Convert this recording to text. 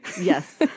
Yes